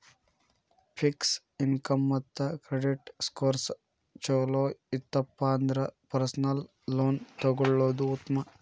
fix income ಮತ್ತ credit scores ಚೊಲೋ ಇತ್ತಪ ಅಂದ್ರ ಪರ್ಸನಲ್ ಲೋನ್ ತೊಗೊಳ್ಳೋದ್ ಉತ್ಮ